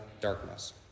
darkness